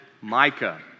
Micah